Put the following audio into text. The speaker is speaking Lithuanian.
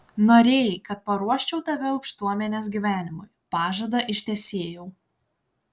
norėjai kad paruoščiau tave aukštuomenės gyvenimui pažadą ištesėjau